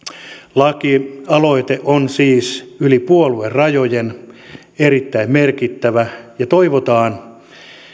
lakialoite on siis yli puoluerajojen erittäin merkittävä ja toivotaan